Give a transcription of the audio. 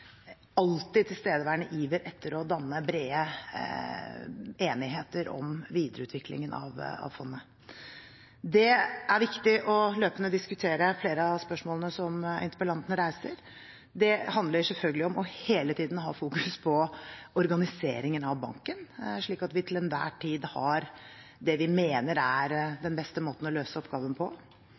alltid tilstedeværende iver etter å danne bred enighet om videreutviklingen av fondet. Det er viktig å løpende diskutere flere av spørsmålene som interpellanten reiser. Det handler selvfølgelig om hele tiden å ha fokus på organiseringen av banken, slik at vi til enhver tid har det vi mener er den beste måten å løse oppgaven på.